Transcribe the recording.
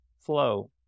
flow